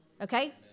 Okay